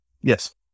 Yes